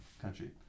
country